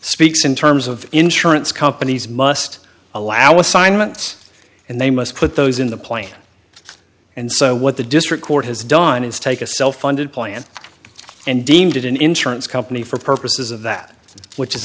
speaks in terms of insurance companies must allow assignments and they must put those in the plan and so what the district court has done is take a cell phone did plan and deemed it an insurance company for purposes of that which is